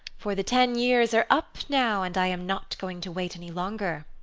for the ten years are up now, and i am not going to wait any longer.